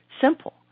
Simple